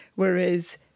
Whereas